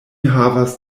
havas